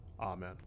Amen